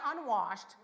unwashed